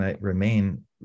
remain